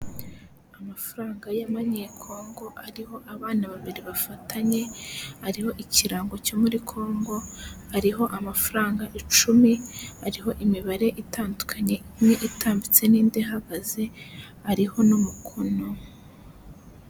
Amafaranga yamanye congo ariho abana babiri bafatanye ariho ikirango cyo muri congo hariho amafaranga icumi hariho imibare itandukanye imwe itambitse n'indi ihagaze hariho n'umukono .